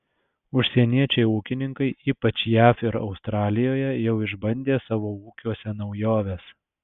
užsieniečiai ūkininkai ypač jav ir australijoje jau išbandė savo ūkiuose naujoves